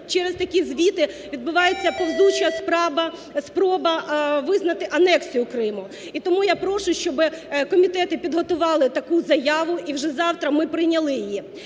через такі звіти відбувається повзуча спроба визнати анексію Криму. І тому я прошу, щоб комітети підготували таку заяву і вже завтра ми прийняли її.